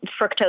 fructose